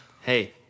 Hey